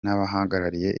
n’abahagarariye